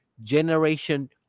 Generation